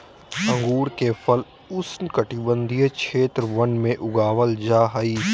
अंगूर के फल उष्णकटिबंधीय क्षेत्र वन में उगाबल जा हइ